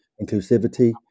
inclusivity